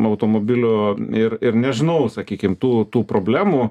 automobilių ir ir nežinau sakykim tų tų problemų